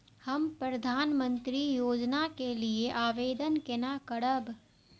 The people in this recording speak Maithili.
हम प्रधानमंत्री योजना के लिये आवेदन केना करब?